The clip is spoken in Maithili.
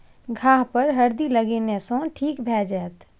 घाह पर हरदि लगेने सँ ठीक भए जाइत